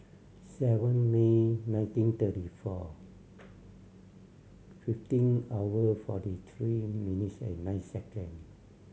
seven May nineteen thirty four fifteen hour forty three minutes and nine second